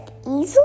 easily